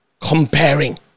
comparing